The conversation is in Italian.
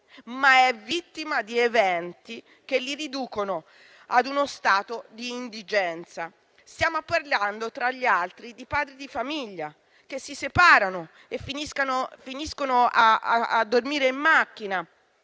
ma è vittima di eventi che li riducono ad uno stato di indigenza. Stiamo parlando, tra gli altri, di padri di famiglia che si separano e finiscono a dormire in macchina;